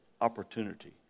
opportunity